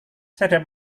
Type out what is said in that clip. saya